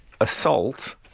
assault